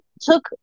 took